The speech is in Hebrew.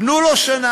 תנו לו שנה.